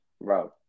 bro